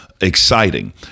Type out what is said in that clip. Exciting